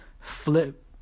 flip